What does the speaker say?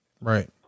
Right